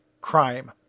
crime